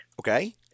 Okay